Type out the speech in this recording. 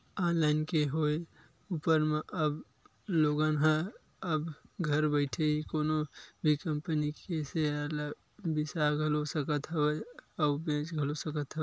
online के होय ऊपर म अब लोगन ह अब घर बइठे ही कोनो भी कंपनी के सेयर ल बिसा घलो सकत हवय अउ बेंच घलो सकत हे